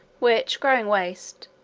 which growing waste,